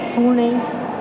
பூனை